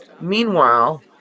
Meanwhile